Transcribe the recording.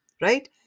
right